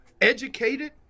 educated